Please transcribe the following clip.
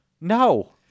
No